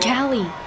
Callie